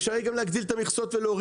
אפשר יהיה גם להגדיל את המכסות ולהוריד